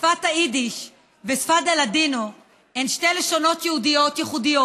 שפת היידיש ושפת הלדינו הן שתי לשונות יהודיות ייחודיות,